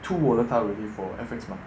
too volatile already for F_X mah